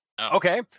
Okay